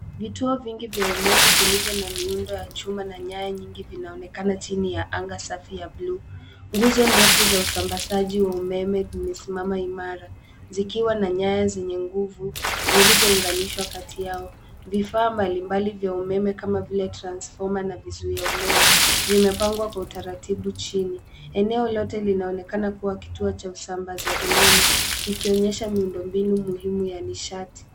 Vituo vingi vya umeme vilivyo na miundo ya chuma na nyaya nyingi vinaonekana chini ya anga safi ya bluu. Nguzo ndefu za usambazaji wa umeme zimesimama imara zikiwa na nyaya zenye nguvu zilizounganishwa kati yao. Vifaa mbalimbali vya umeme kama vile: transformer na vizuia umeme, vimepangwa kwa utaratibu chini. Eneo lote linaonekana kuwa kituo cha usambaza umeme, ikionyesha miundo mbinu muhimu ya nishati.